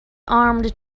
armed